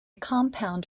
compound